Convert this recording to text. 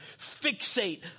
fixate